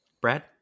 Brad